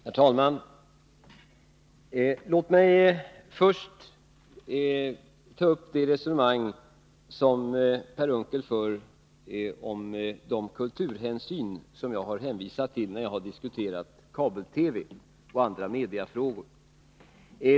Herr talman! Låt mig först ta upp det resonemang som Per Unckel för om de kulturhänsyn som jag har hänvisat till när jag har diskuterat kabel-TV och andra mediafrågor.